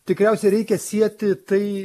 tikriausiai reikia sieti tai